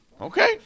Okay